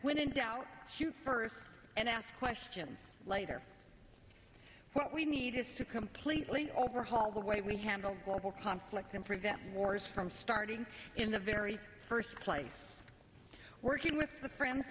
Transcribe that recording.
when in doubt shoot first and ask questions later what we need is to completely overhaul the way we handle global conflicts and prevent wars from starting in the very first place working with the friend